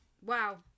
wow